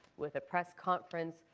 with a press conference,